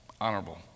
honorable